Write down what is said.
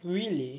really